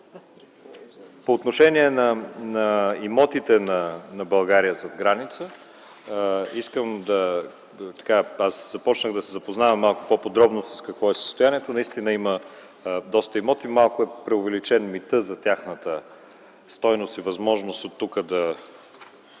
По отношение на имотите на България зад граница, започнах да се запознавам малко по-подробно какво е състоянието. Наистина, има доста имоти. Малко е преувеличен митът за тяхната стойност и възможност оттук да